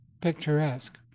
picturesque